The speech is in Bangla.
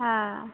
হ্যাঁ